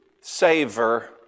savor